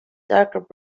dark